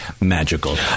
magical